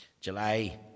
July